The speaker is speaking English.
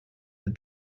the